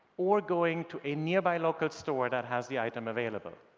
or going to a nearby local store that has the item available.